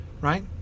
right